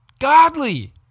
godly